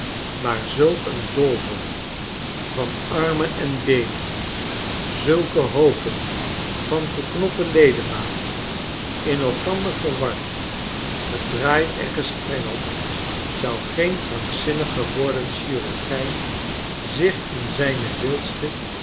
maar zulk een doolhof van armen en beenen zulke hoopen van geknotte ledematen in elkander ver ward gedraaid en gestrengeld zou geen krankzinnig geworden chirurgijn zich in zijne wildste